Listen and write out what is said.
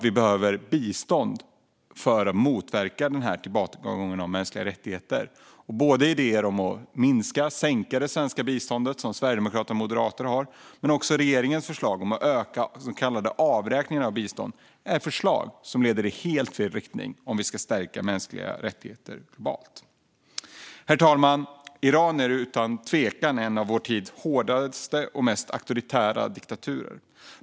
Vi behöver bistånd för att motverka denna tillbakagång för mänskliga rättigheter. Både idéer om att minska det svenska biståndet, som sverigedemokrater och moderater har, och regeringens förslag om att öka den så kallade avräkningen från biståndet leder i helt fel riktning om vi ska stärka mänskliga rättigheter globalt. Herr talman! Iran är utan tvekan en av vår tids hårdaste och mest auktoritära diktaturer.